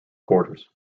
quarters